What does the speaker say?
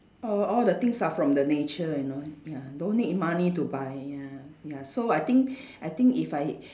all all the things are from the nature you know ya don't need money to buy ya ya so I think I think if I